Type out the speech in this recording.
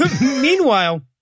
Meanwhile